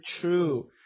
true